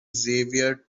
xavier